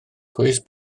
cwis